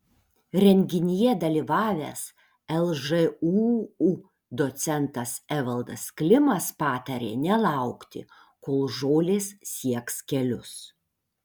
renginyje dalyvavęs lžūu docentas evaldas klimas patarė nelaukti kol žolės sieks kelius